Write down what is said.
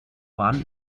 waren